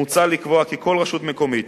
מוצע לקבוע כי כל רשות מקומית,